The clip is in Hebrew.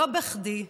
לא בכדי,